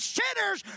sinners